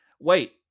Wait